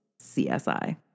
CSI